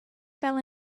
fell